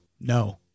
No